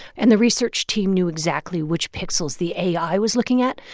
and the research team knew exactly which pixels the ai was looking at.